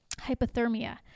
Hypothermia